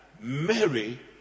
Mary